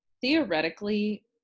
theoretically